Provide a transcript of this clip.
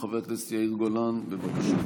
חבר הכנסת יאיר גולן, בבקשה.